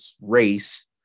race